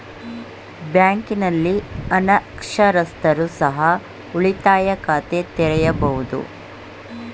ಬ್ಯಾಂಕಿನಲ್ಲಿ ಅನಕ್ಷರಸ್ಥರು ಸಹ ಉಳಿತಾಯ ಖಾತೆ ತೆರೆಯಬಹುದು?